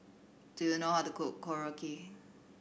do you know how to cook Korokke